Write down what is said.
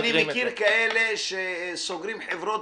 אני מכיר כאלה שסוגרים חברות,